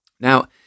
now